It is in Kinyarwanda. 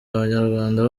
abanyarwanda